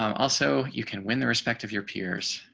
um also you can win the respect of your peers.